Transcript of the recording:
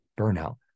burnout